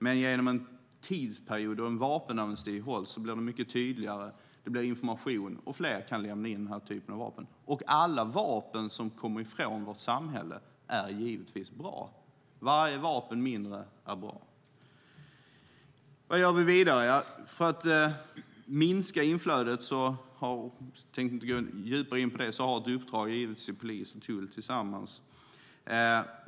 Men genom en vapenamnesti under en viss tidsperiod blir det mycket tydligare. Det blir information, och fler kan lämna in denna typ av vapen. Det är givetvis bra med alla vapen som kommer bort från vårt samhälle. Vad gör vi vidare? För att minska inflödet har ett uppdrag getts till polisen och tullen tillsammans, men jag tänkte inte gå djupare in på det.